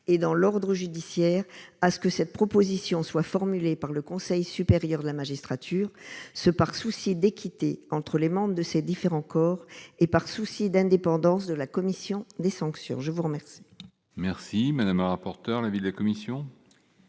et dans l'ordre judiciaire, à ce que cette proposition soit formulée par le Conseil supérieur de la magistrature ce par souci d'équité entre les membres de ces différents corps et par souci d'indépendance de la commission des sanctions, je vous remercie. Merci madame rapporteur l'avis de la commission.